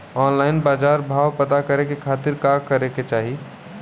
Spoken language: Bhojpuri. ऑनलाइन बाजार भाव पता करे के खाती का करे के चाही?